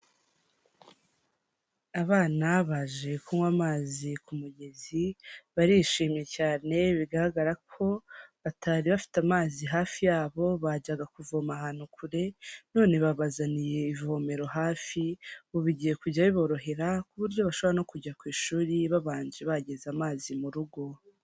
Abana baje kunywa amazi ku mugezi barishimye cyane bigaragara ko batari bafite amazi hafi yabo bajyaga kuvoma ahantu kure none babazaniye ivomero hafi ubu bigiye kujya biborohera ku buryo bashobora no kujya ku ishuri babanje bageze amazi mu rugo.